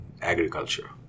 agriculture